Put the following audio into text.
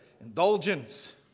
indulgence